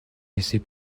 laissez